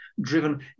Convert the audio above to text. Driven